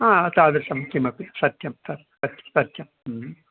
हा तादृशं किमपि सत्यं सत् सत्यं ह्म्